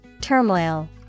Turmoil